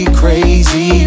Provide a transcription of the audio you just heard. crazy